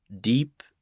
deep